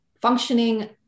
functioning